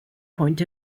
point